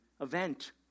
event